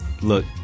look